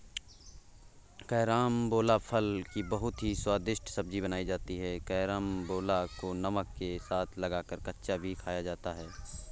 carambola फल की बहुत ही स्वादिष्ट सब्जी बनाई जाती है कैरमबोला को नमक के साथ लगाकर कच्चा भी खाया जाता है